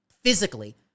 physically